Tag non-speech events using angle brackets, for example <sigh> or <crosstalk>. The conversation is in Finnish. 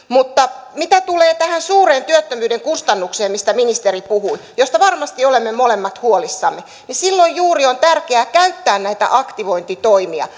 <unintelligible> mutta mitä tulee tähän suureen työttömyyden kustannukseen mistä ministeri puhui josta varmasti olemme molemmat huolissamme niin silloin juuri on tärkeää käyttää näitä aktivointitoimia <unintelligible>